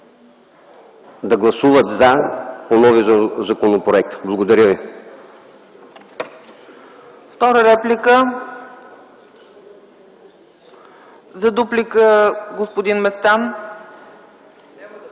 да гласуваме „за” новия законопроект. Благодаря ви.